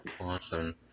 Awesome